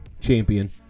champion